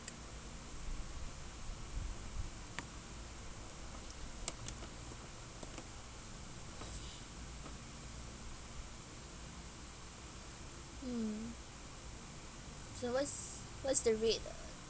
mm so what's what's the rate